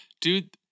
dude